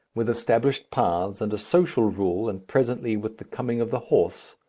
with established paths and a social rule and presently with the coming of the horse,